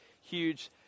huge